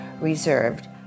reserved